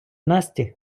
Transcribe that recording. насті